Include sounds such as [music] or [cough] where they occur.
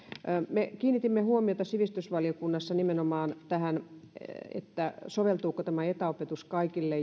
me kiinnitimme huomiota sivistysvaliokunnassa nimenomaan tähän soveltuuko etäopetus kaikille [unintelligible]